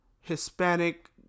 Hispanic